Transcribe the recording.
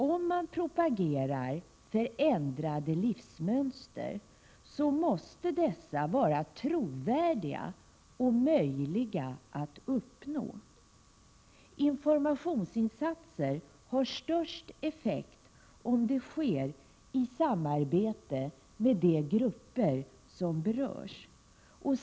Om man propagerar för ändrade livsmönster, måste dessa vara trovärdiga och möjliga att uppnå. Informationsinsatser har störst effekt om de sker i samarbete med de grupper som berörs.